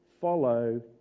follow